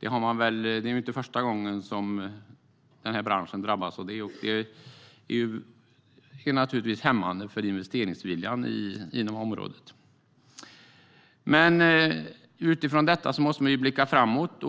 Det är inte första gången som den här branschen drabbas av det, och det är naturligtvis hämmande för investeringsviljan inom området. Utifrån detta måste man blicka framåt.